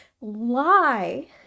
lie